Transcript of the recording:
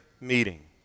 meeting